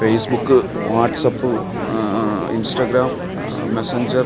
Facebook WhatsApp Instagram messenger